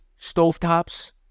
stovetops